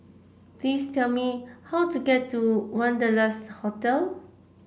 please tell me how to get to Wanderlust Hotel